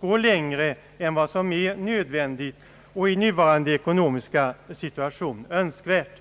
gå längre än vad som är nödvändigt och i nuvarande ekonomiska situation önskvärt.